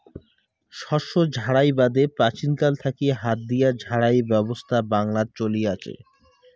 শস্য ঝাড়াই বাদে প্রাচীনকাল থাকি হাত দিয়া ঝাড়াই ব্যবছস্থা বাংলাত চলি আচে